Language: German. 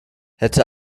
hätte